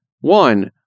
one